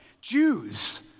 Jews